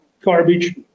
garbage